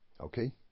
Okay